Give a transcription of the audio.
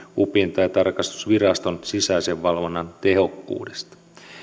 upin tai tarkastusviraston sisäisen valvonnan tehokkuudesta